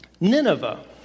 Nineveh